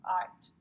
art